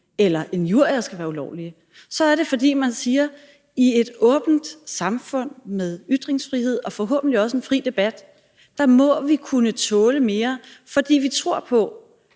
eller injurier skal være ulovlige, så er det, fordi man siger: I et åbent samfund med ytringsfrihed og forhåbentlig også en fri debat må vi kunne tåle mere, fordi vi tror på,